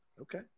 okay